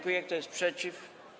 Kto jest przeciw?